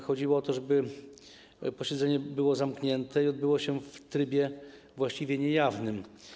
Chodziło o to, żeby posiedzenie było zamknięte i odbyło się w trybie właściwie niejawnym.